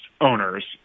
owners